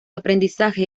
aprendizaje